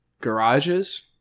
garages